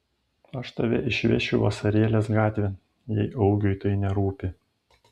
aš tave išvešiu vasarėlės gatvėn jei augiui tai nerūpi